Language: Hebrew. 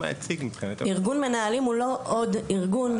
ארגון מנהלים הוא לא עוד ארגון.